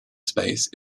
space